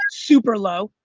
super low.